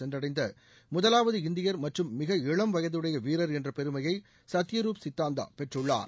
சென்றடைந்த முதலாவது இந்தியர் மற்றும் மிக இளம் வயதுடைய வீரர் என்ற பெருமையை சத்தியரூப் சித்தாந்தா பெற்றுள்ளார்